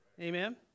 amen